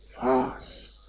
fast